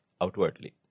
outwardly